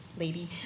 lady